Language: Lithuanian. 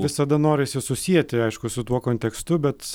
visada norisi susieti aišku su tuo kontekstu bet